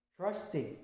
Trusting